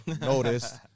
noticed